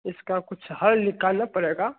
इसका कुछ हल निकालना पड़ेगा